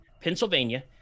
Pennsylvania